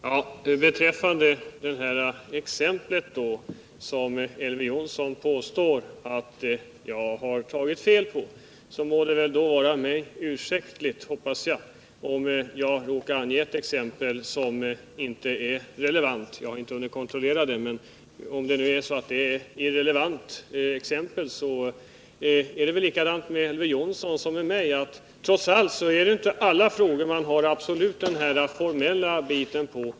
Herr talman! Beträffande det här exemplet — där jag enligt Elver Jonsson har tagit fel — må det väl, hoppas jag, ursäktas mig om jag råkat lämna ett exempel som inte är relevant. Jag har inte hunnit kontrollera den saken. Är exemplet irrelevant är det väl lika med Elver Jonsson som med mig -— trots allt har man kanske inte i alla frågor den formella bakgrunden helt klar för sig.